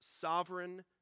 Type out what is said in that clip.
Sovereign